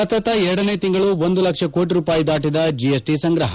ಸತತ ಎರಡನೇ ತಿಂಗಳು ಒಂದು ಲಕ್ಷ ಕೋಟಿ ರೂಪಾಯಿ ದಾಟಿದ ಜಿಎಸ್ಟಿ ಸಂಗ್ರಹ